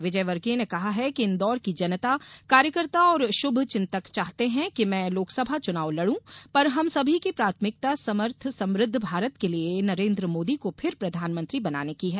विजयवर्गीय ने कहा है कि इंदौर की जनता कार्यकर्ता और शुभचिंतक चाहते हैं कि मैं लोकसभा चुना लड़ूं पर हम सभी की प्राथमिकता समर्थ समृद्ध भारत के लिये नरेन्द्र मोदी को फिर प्रधानमंत्री बनाने की है